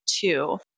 two